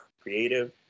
creative